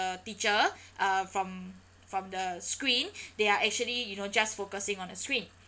teacher uh from from the screen they are actually you know just focusing on a screen